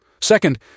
Second